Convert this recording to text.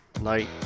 night